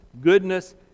goodness